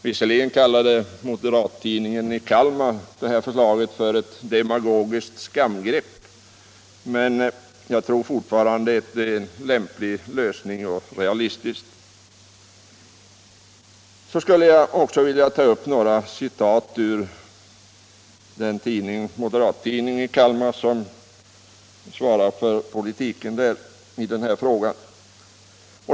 Visserligen kallade moderattidningen i Kalmar detta förslag för ett demagogiskt skamgrepp, men jag tror fortfarande att det är en lämplig och realistisk lösning. Så skulle jag också vilja anföra några citat ur den moderattidning i Kalmar som svarar för politiken där i denna fråga.